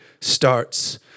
Starts